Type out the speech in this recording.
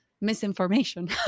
misinformation